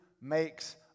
makes